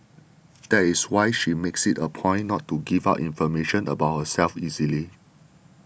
that is why she makes it a point not to give out information about herself easily